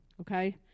Okay